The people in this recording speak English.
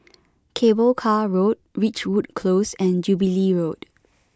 Cable Car Road Ridgewood Close and Jubilee Road